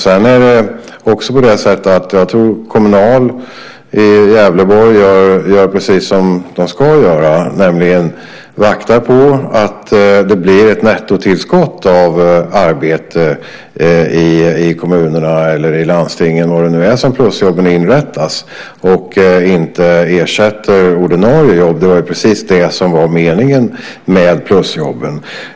Jag tror att Kommunal i Gävleborg gör precis som de ska göra, nämligen vakta på att det blir ett nettotillskott av arbete i kommunerna, i landstingen eller var det är som plusjobben inrättas, och att de inte ersätter ordinarie jobb. Det var precis det som var meningen med plusjobben.